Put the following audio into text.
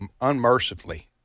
unmercifully